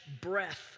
breath